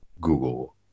Google